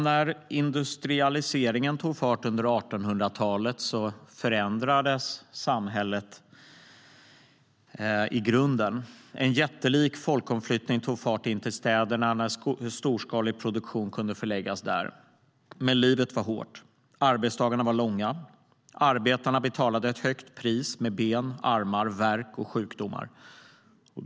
När industrialiseringen tog fart under 1800-talet förändrades samhället i grunden. En jättelik folkomflyttning in till städerna tog fart när storskalig produktion kunde förläggas där. Men livet var hårt. Arbetsdagarna var långa. Arbetarna betalade ett högt pris med ben, armar, värk och sjukdomar.